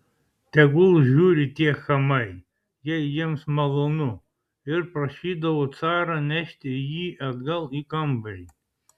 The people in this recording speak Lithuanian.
tegul žiūri tie chamai jei jiems malonu ir prašydavo carą nešti jį atgal į kambarį